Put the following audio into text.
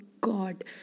god